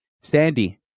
Sandy